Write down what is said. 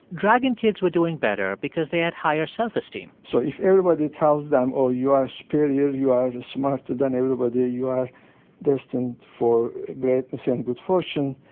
dragon kids were doing better because they had higher self-esteem so if everybody tells them, oh, you are superior, you are smarter than everybody, you are destined for greatness and good fortune,